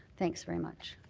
thanks very much.